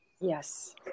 Yes